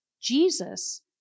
Jesus